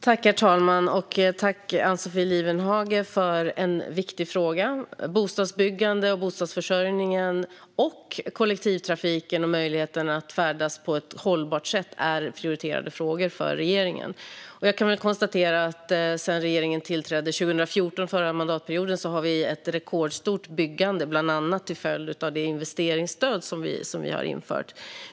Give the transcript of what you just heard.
Herr talman! Tack, Ann-Sofie Lifvenhage, för en viktig fråga! Bostadsbyggandet, bostadsförsörjningen, kollektivtrafiken och möjligheterna att färdas på ett hållbart sätt är prioriterade frågor för regeringen. Jag kan konstatera att sedan regeringen tillträdde 2014, förra mandatperioden, har vi ett rekordstort byggande, bland annat till följd av det investeringsstöd som vi har infört.